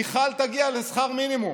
מיכל תגיע לשכר מינימום?